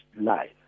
life